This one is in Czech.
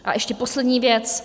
A ještě poslední věc.